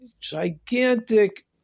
gigantic